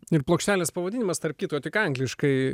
ir plokštelės pavadinimas tarp kitko tik angliškai